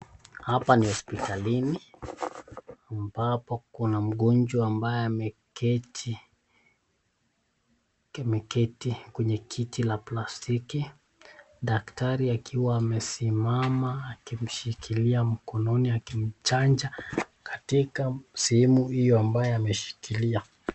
Hapa ni hospitalini ambapo kuna mgonjwa ambaye ameketi kwenye kiti la plastiki, daktari akiwa amesimama akimshikilia mkononi akimchanja katika sehemu hio ambayo ameshikilia.